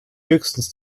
höchstens